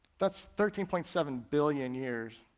that's thirteen point seven billion years.